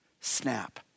snap